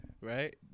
right